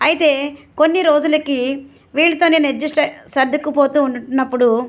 అయితే కొన్ని రోజులకి వీళ్ళతో నేను అడ్జస్ట్ సర్దుకుపోతూ ఉన్నప్పుడు